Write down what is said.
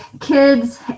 kids